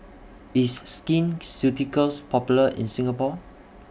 IS Skin Ceuticals Popular in Singapore